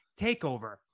Takeover